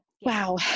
wow